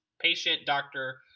patient-doctor